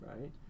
right